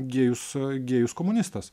gėjus gėjus komunistas